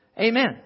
Amen